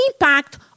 impact